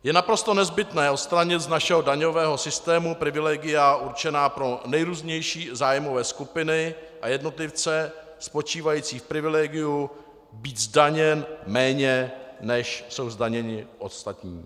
Je naprosto nezbytné odstranit z našeho daňového systému privilegia určená pro nejrůznější zájmové skupiny a jednotlivce, spočívající v privilegiu být zdaněn méně, než jsou zdaněni ostatní.